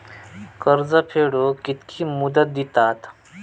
कर्ज फेडूक कित्की मुदत दितात?